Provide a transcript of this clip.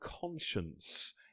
conscience